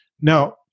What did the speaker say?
Now-